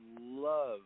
love